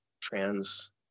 trans